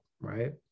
right